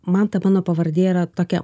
man ta mano pavardė yra tokia